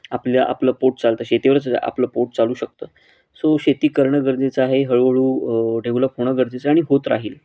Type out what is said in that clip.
आपल्या आपलं पोट चालतं शेतीवरच आपलं पोट चालू शकतं सो शेती करणं गरजेचं आहे हळूहळू डेव्हलप होणं गरजेचं आणि होत राहील